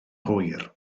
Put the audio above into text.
hwyr